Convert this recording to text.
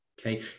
Okay